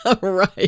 right